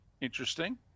interesting